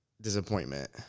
disappointment